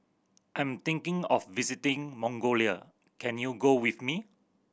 I'm thinking of visiting Mongolia can you go with me